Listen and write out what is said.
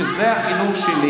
משום שזה החינוך שלי.